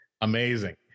amazing